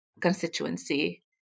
constituency